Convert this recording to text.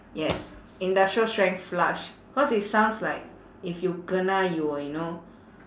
yes industrial strength flush cause it sounds like if you kena you will you know